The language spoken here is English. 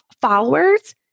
followers